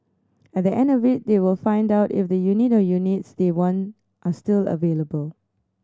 at the end of it they will find out if the unit or units they want are still available